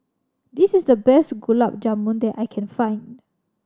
this is the best Gulab Jamun that I can find